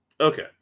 Okay